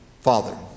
Father